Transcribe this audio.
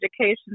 education